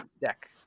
deck